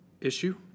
issue